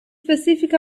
specific